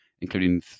including